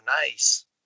nice